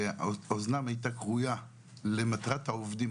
שאוזנם הייתה כרויה למטרת העובדים.